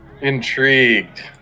Intrigued